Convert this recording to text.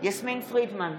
יסמין פרידמן,